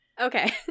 okay